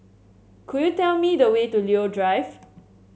could you tell me the way to Leo Drive